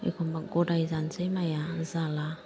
एखमबा गदाय जानसै माइया जाला